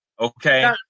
okay